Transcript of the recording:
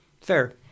Fair